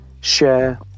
share